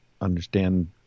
understand